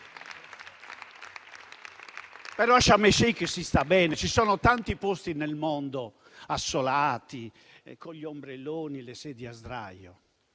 Però a Sharm el-Sheikh si sta bene; ci sono tanti posti nel mondo, assolati, con gli ombrelloni, le sedie a sdraio.